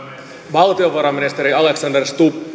valtiovarainministeri alexander stubb